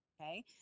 Okay